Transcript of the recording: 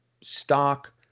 stock